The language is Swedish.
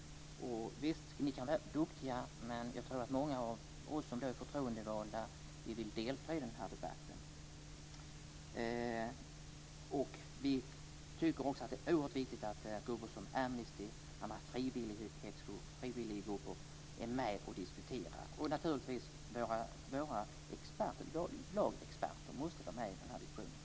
Visst, ni kan vara duktiga, men jag tror att många av oss som är förtroendevalda vill delta i den debatten. Vi tycker också att det är oerhört viktigt att grupper som Amnesty och andra frivilliggrupper är med och diskuterar, och naturligtvis måste våra lagexperter vara med i den diskussionen.